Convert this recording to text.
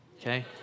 okay